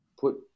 put